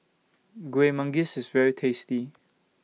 Kuih Manggis IS very tasty